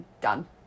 done